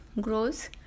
grows